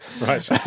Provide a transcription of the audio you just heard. Right